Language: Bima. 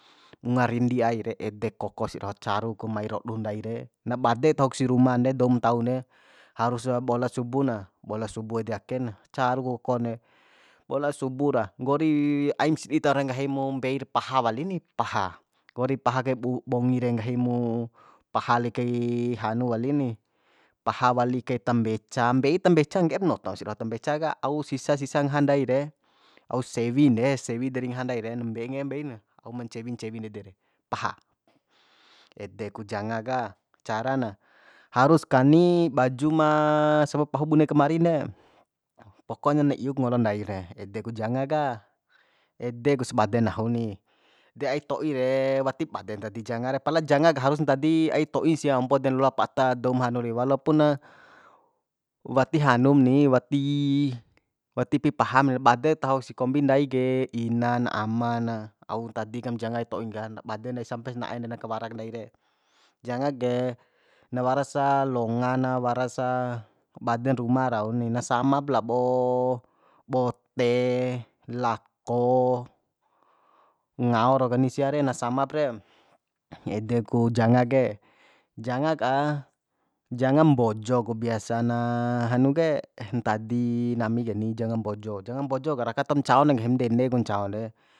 Wunga rindi ai re ede kokosia doho caru ku mai rodun ndai re na bade tahok si ruman de doum ntaun re harus bola subu na bola subu ede ake na caru ku kone bola subu ra nggori aim sidi taho re nggahimo mbei ra paha wali ni paha nggori paha kai bongi re nggahi mu paha li kai hanu wali ni paha wali kai tambeca mbei tambeca ngge'ep noto sia doho tambeca ka au sisa sisa ngaha ndai re au sewin de sewi dari ngaha ndai re na mbenge mbeina au ma ncewi ncewi ndede re paha ede ku janga ka carana harus kani baju ma samap pahu bune kemarin de pokonya na iuk ngolo ndai re ede ku janga ka ede ku sbade nahu ni de ai to'i re watip bade ntadi janga pala janga ka harus ntadi ai to'i sia ompo den loa pata doum hanu re walo puna wati hanum ni wati wati pi paham bade tahok si kombi ndai ke ina na ama na auntadi kaim janga ai to'in ka na bade ne sampes na'e de na kawara ku ndai re janga ke na warasa longa na warasa baden ruma rauni na samap labo bote lako ngao rau kani sia re na samap re ede ku janga ke janga ka janga mbojo ku biasa na hanu ke ntadi nami keni janga mbojo janga mbojo raka tahom ncaon de nggahim ndende ku ncao re